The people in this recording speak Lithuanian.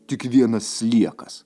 tik vienas sliekas